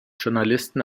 journalisten